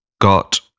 got